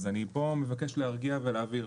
אז אני פה מבקש להרגיע ולהבהיר,